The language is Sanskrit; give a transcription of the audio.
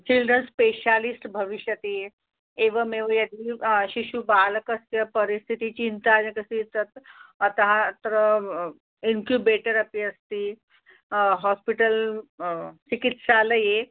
चिल्ड्रान् स्पेषालिस्ट् भविष्यति एवमेव यदि शिशुः बालकस्य परिस्थितिः चिन्ताजनकमस्ति चेत् तत् अतः अत्र इन्क्युबेटरपि अस्ति हास्पिटल् चिकित्सालये